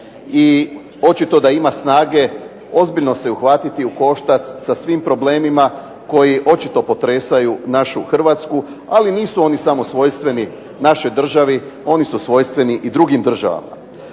i očito da ima snage ozbiljno se uhvatiti u koštac sa svim problemima koji očito potresaju našu Hrvatsku, ali nisu oni samo svojstveni našoj državi, oni su svojstveni i drugim državama.